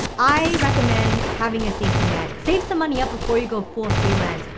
i recommend having a safety net. save some money up before you go full freelance.